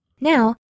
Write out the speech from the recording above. Now